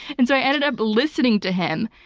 and so i ended up listening to him.